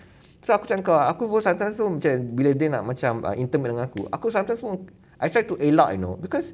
siap aku cakap dengan kau ah aku pun sometimes pun macam bila dia nak macam err intimate dengan aku aku sometimes pun I tried to elak you know because